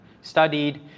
studied